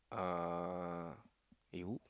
uh you